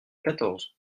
quatorze